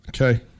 Okay